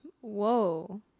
Whoa